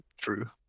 True